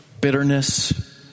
bitterness